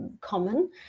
common